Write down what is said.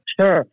Sure